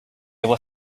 were